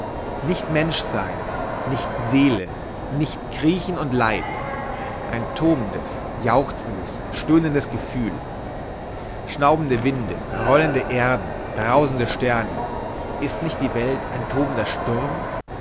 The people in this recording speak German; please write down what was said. nicht mensch sein nicht seele nicht kriechen und leid ein tobendes jauchzendes stöhnendes gefühl schnaubende winde rollende erden brausende sterne ist nicht die welt ein tobender sturm